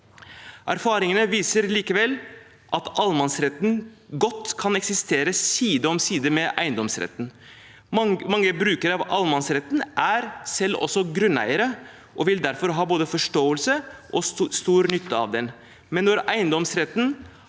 Erfaringene viser likevel at allemannsretten godt kan eksistere side om side med eiendomsretten. Mange brukere av allemannsretten er selv også grunneiere og vil derfor ha både forståelse for og stor nytte av den. Men når eiendomsretten